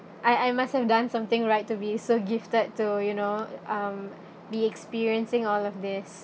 I I must have done something right to be so gifted to you know um be experiencing all of this